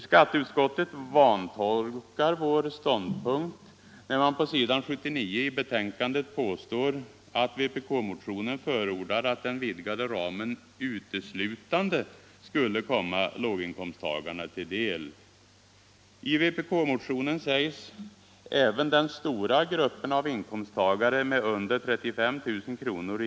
Skatteutskottet vantolkar vår ståndpunkt när man på s. 79 i betänkandet påstår att vpk-motionen förordar att den vidgade ramen uteslutande skulle komma låginkomsttagarna till del. I vpk-motionen sägs: ”Även den stora gruppen av inkomsttagare med under 35 000 kr.